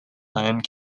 land